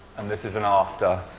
and this is an after.